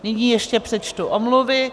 Nyní ještě přečtu omluvy.